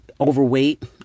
overweight